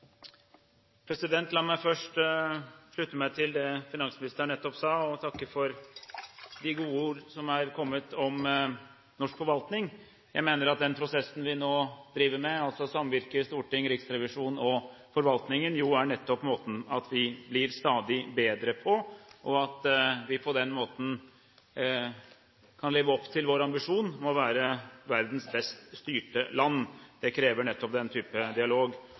takke for de gode ord som er kommet om norsk forvaltning. Jeg mener at den prosessen vi nå driver med, altså samvirke storting, riksrevisjon og forvaltning, jo nettopp er måten å bli stadig bedre på, og at vi på den måten kan leve opp til vår ambisjon om å være verdens best styrte land. Det krever nettopp den type dialog.